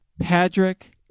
Patrick